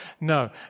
No